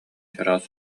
чараас